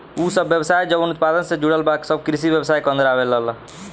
उ सब व्यवसाय जवन उत्पादन से जुड़ल बा सब कृषि व्यवसाय के अन्दर आवेलला